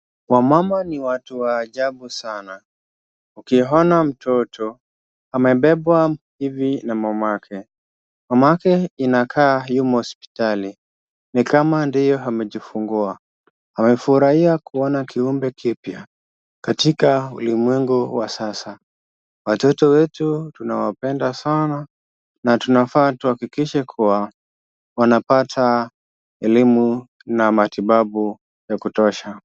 Wamama ni watu wa ajabu sana. Ukiona mtoto amebebwa hivi na mamake, mamake inakaa yumo hospitali, ni kama ndiyo amejifungua. Amefurahia kuona kiumbe kipya, katika ulimwengu wa sasa. Watoto wetu tunawapenda sana, na tunafaa kuhakikisha kuwa, wanapata elimu na matibabu ya kutosha.